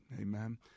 Amen